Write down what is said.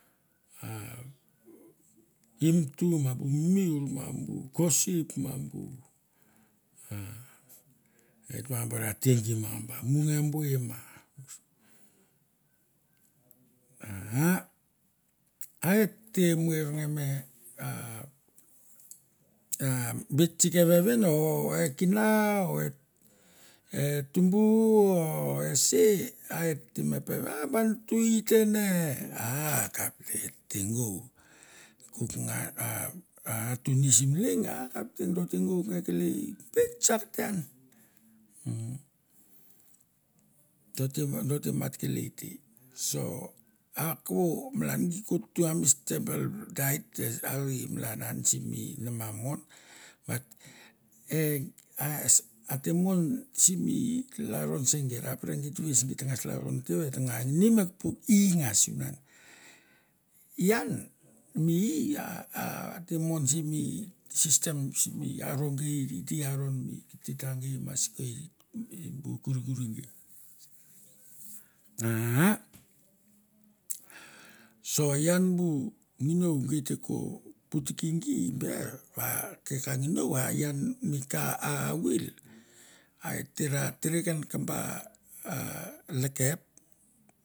Bu ei mtu, ma bu mimur, ma bu kosip, ma bu a et nang ba ra te gi mangba, mue bue ma, aa a et te muer nge me a a bet sike vevin o e kina o e tumbu o ese et te me peven a ba nutu ei te ne akapte, et te ngou, a kuk ngan a tuni sim leng akapte do te ngou ke kelei, beik tsak te an umm do te mat kelei te, so a ko malan gi ko ttu ngan mi staple diet malan an simi nama mon bat e sa teng mon simi lalron se gi, eta pre git ves git ta ngas lalron te va eta ngini mek puk ei ngas sivunan ian mi ei a a ate mon simi system simi aro gie di i aron mi kitita ngei ma si kei bu kurikuri gei, ar so ian bu nginou gei te ko putki gi ber va ke ka nginou, a ian mi ka a awil a et te ra tere ken kamba lekep.